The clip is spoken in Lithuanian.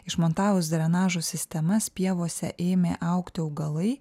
išmontavus drenažo sistemas pievose ėmė augti augalai